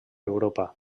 europa